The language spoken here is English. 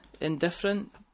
indifferent